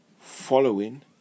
following